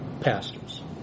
pastors